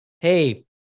hey